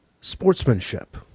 sportsmanship